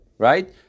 Right